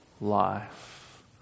life